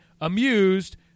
amused